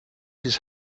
his